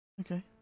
okay